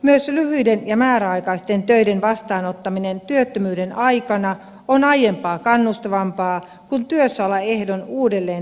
myös lyhyiden ja määräaikaisten töiden vastaanottaminen työttömyyden aikana on aiempaa kannustavampaa kun työssäoloehdon uudelleen täyttäminen helpottuu